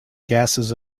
gases